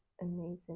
amazing